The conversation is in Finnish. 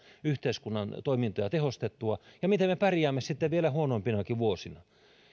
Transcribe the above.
yhteiskunnan toimintoja tehostettua ja miten me pärjäämme sitten vielä huonompinakin vuosina